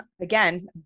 again